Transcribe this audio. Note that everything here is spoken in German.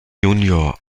junior